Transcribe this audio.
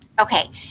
Okay